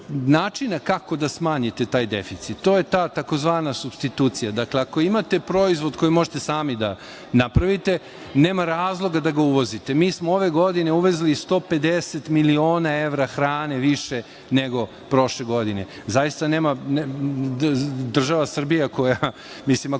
načina kako da smanjite taj deficit. To je ta tzv. supstitucija. Dakle, ako imate proizvod koji možete sami da napravite, nema razloga da ga uvozite. Mi smo ove godine uvezli 150 miliona evra hrane više nego prošle godine. Zaista država Srbija, mislim ako išta